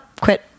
quit